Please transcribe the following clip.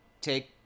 take